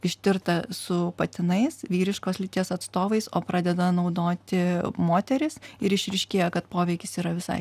ištirta su patinais vyriškos lyties atstovais o pradeda naudoti moterys ir išryškėja kad poveikis yra visai